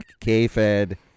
K-Fed